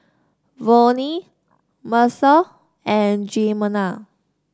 Vonnie Mercer and Jimena